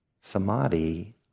samadhi